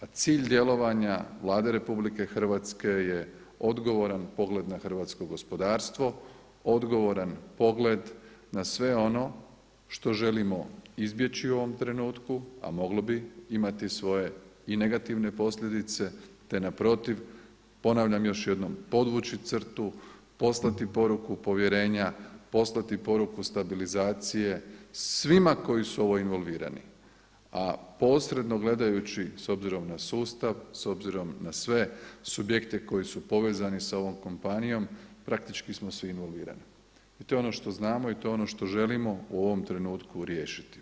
A cilj djelovanja Vlade RH je odgovoran pogled na hrvatsko gospodarstvo, odgovoran pogled na sve ono što želimo izbjeći u ovom trenutku a moglo bi imati svoje i negativne posljedice, te naprotiv ponavljam još jednom podvući crtu, poslati poruku povjerenja, poslati poruku stabilizacije svima koji su u ovo involvirani, a posredno gledajući s obzirom na sustav, s obzirom na sve subjekte koji su povezani sa ovom kompanijom praktički smo svi involvirani i to je ono što znamo i to je ono što želimo u ovom trenutku riješiti.